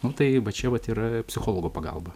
nu tai čia vat yra psichologo pagalba